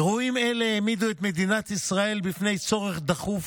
אירועים אלה העמידו את מדינת ישראל בפני צורך דחוף